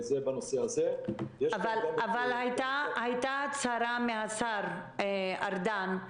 אבל הייתה הצהרה מהשר ארדן,